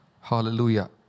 Hallelujah